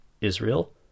Israel